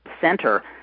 center